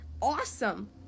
Awesome